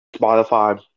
Spotify